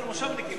מושבניקים,